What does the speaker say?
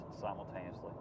simultaneously